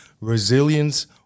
resilience